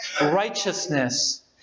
righteousness